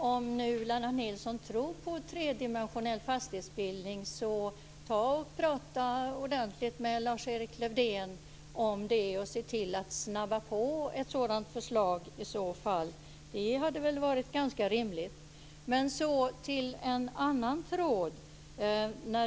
Fru talman! Om Lennart Nilsson nu tror på tredimensionell fastighetsbildning, tycker jag att han ska prata ordentligt med Lars-Erik Lövdén om det för att snabba på ett sådant förslag. Det skulle väl vara ganska rimligt. Låt mig sedan ta upp en annan tråd.